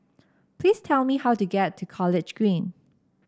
please tell me how to get to College Green